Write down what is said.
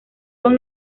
son